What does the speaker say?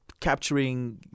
capturing